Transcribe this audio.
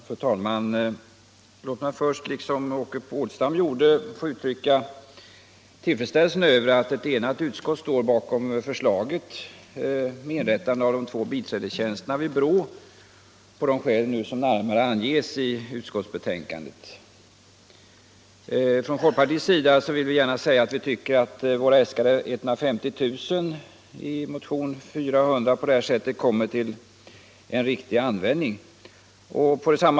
Fru talman! Låt mig först liksom Åke Polstam få uttrycka tillfredsställelse över att ett enat utskott står bakom förslaget om inrättandet av de två biträdestjänsterna vid BRÅ på de skäl som närmare anges i utskottsbetänkandet. Från folkpartiets sida vill jag gärna säga att de 150 000 kr. som vi äskat i motionen 400 på det här sättet kommer till en riktig användning.